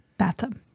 bathtub